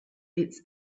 its